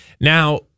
now